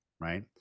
right